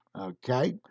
okay